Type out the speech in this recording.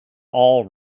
all